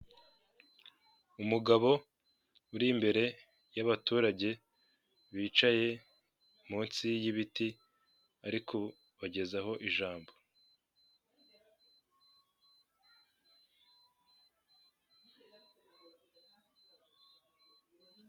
Umugabo uri imbere y'abaturage bicaye munsi y'ibiti arikubagezaho ijambo.